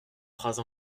phrases